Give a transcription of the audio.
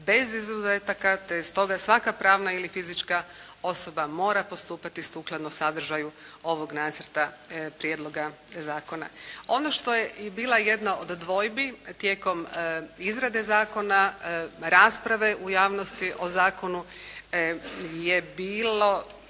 bez izuzetaka, te stoga svaka pravna ili fizička osoba mora postupati sukladno sadržaju ovog nacrta prijedloga zakona. Ono što je bila jedna od dvojbi tijekom izrade zakona, rasprave u javnosti o zakonu je bilo